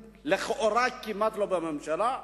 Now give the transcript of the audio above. ולכאורה אתם כמעט לא בממשלה.